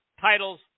titles